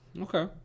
Okay